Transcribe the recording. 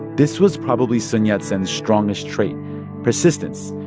this was probably sun yat-sen's strongest trait persistence.